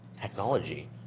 technology